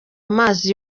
amazi